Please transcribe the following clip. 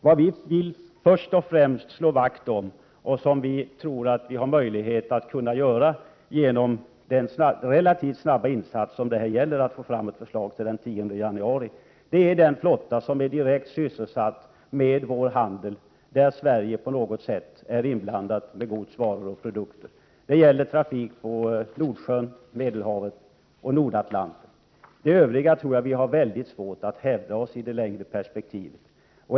Vad vi först och främst vill slå vakt om — vilket vi tror att vi har möjlighet att göra genom den relativt snabba insats som det innebär att få fram ett förslag till den 10 mars — är den flotta som är direkt sysselsatt med vår handel, där Sverige på något sätt är inblandad med gods, varor eller produkter. Det gäller trafik på Nordsjön, Medelhavet och Nordatlanten. I övrigt tror jag att vi har svårt att hävda oss i det längre perspektivet.